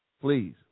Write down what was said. please